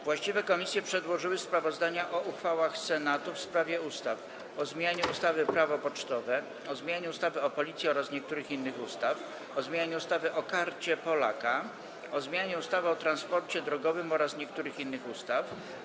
Właściwe komisje przedłożyły sprawozdania o uchwałach Senatu w sprawie ustaw: - o zmianie ustawy Prawo pocztowe, - o zmianie ustawy o Policji oraz niektórych innych ustaw, - o zmianie ustawy o Karcie Polaka, - o zmianie ustawy o transporcie drogowym oraz niektórych innych ustaw,